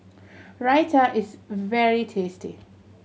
raita is very tasty